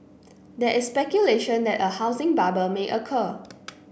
there is speculation that a housing bubble may occur